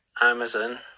Amazon